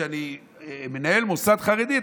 כשאני מנהל מוסד חרדי,